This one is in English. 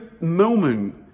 moment